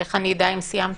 איך אני אדע אם סיימתי?